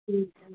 हुन्छ